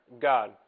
God